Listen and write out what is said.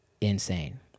insane